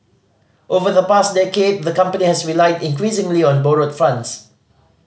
over the past decade the company has relied increasingly on borrowed funds